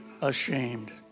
ashamed